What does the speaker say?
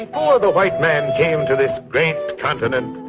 um ah the white man came to this great continent,